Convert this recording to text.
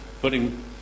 putting